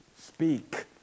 speak